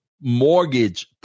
mortgage